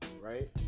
right